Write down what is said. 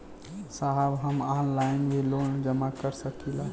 साहब हम ऑनलाइन भी लोन जमा कर सकीला?